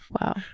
Wow